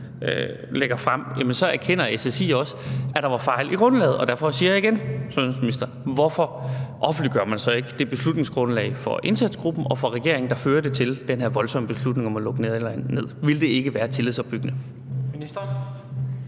lægger frem, så erkender SSI også, at der var fejl i grundlaget, og derfor siger jeg igen til sundhedsministeren: Hvorfor offentliggør man så ikke det beslutningsgrundlag for indsatsgruppen og for regeringen, der førte til den her voldsomme beslutning om at lukke Nordjylland ned? Ville det ikke være tillidsopbyggende? Kl.